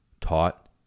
taught